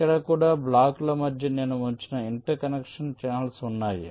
ఇక్కడ కూడా బ్లాకుల మధ్య నేను ఉంచిన ఇంటర్ కనెక్షన్ ఛానల్స్ ఉన్నాయి